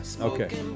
okay